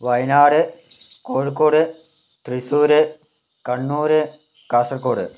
Wayanad Kozhikode Thrissur Kannur Kasaragod